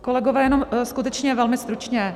Kolegové, jenom skutečně velmi stručně.